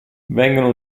vengono